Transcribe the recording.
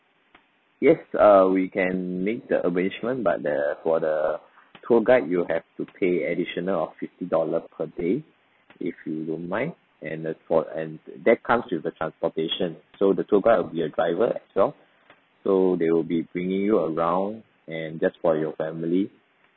yes err we can make the arrangement but the for the tour guide you have to pay additional of fifty dollar per day if you don't mind and that for and th~ that comes with the transportation so the tour guide will be a driver as well so they will be bringing you around and just for your family